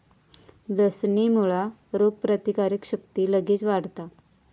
लसणेमुळा रोगप्रतिकारक शक्ती लगेच वाढता